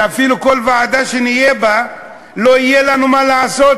שאפילו כל ועדה שנהיה בה לא יהיה לנו מה לעשות